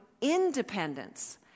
independence